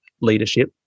leadership